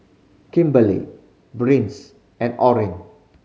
Kimberlee Brice and Orin